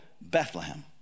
Bethlehem